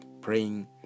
praying